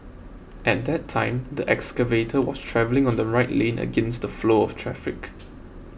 at that time the excavator was travelling on the right lane against the flow of traffic